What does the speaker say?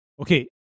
Okay